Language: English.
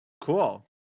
Cool